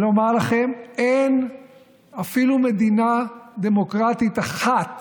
ולומר לכם: אין אפילו מדינה דמוקרטית אחת